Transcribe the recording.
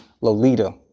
Lolita